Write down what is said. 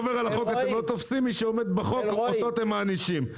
אתם לא תופסים ומי שעומד בחוק אותו אתם מענישים.